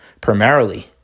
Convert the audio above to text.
primarily